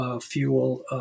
fuel